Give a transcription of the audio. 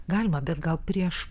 galima bet gal prieš